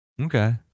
Okay